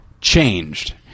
changed